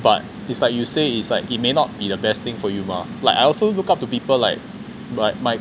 but it's like you say it's like it may not be the best thing for you mah like I also look up to people like my